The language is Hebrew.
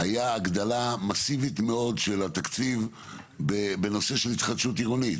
היה הגדלה מאסיבית מאוד של התקציב בנושא של התחדשות עירונית,